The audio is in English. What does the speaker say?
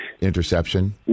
interception